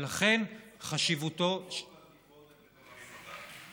רוב התקיפות הן בתוך המשפחה.